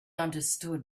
understood